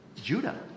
Judah